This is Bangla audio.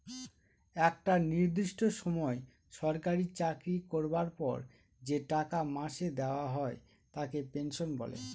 একটা নির্দিষ্ট সময় সরকারি চাকরি করবার পর যে টাকা মাসে দেওয়া হয় তাকে পেনশন বলে